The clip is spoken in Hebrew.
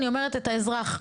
אני אומרת את האזרח.